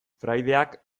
fraideak